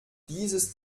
dieses